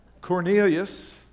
Cornelius